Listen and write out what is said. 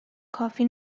کافی